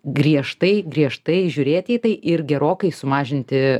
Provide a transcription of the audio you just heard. griežtai griežtai žiūrėt į tai ir gerokai sumažinti